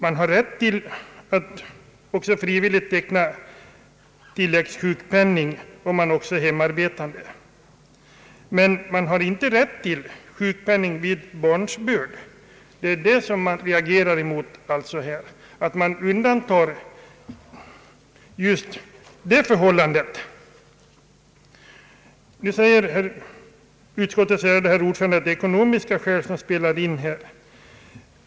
Man har rätt att också frivilligt teckna tilläggssjukpenning om man är hemarbetande, men man har inte rätt till sjukpenning vid barnsbörd. Det är detta som vi här reagerar emot. Utskottets ärade herr ordförande säger att ekonomiska skäl spelar in.